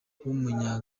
w’umunya